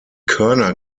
körner